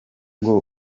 ngo